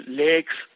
lakes